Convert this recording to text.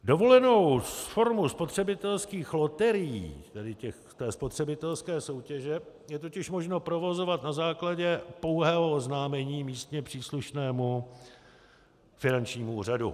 Dovolenou formu spotřebitelských loterií, tedy té spotřebitelské soutěže, je totiž možno provozovat na základě pouhého oznámení místně příslušnému finančnímu úřadu.